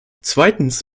zweitens